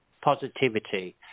positivity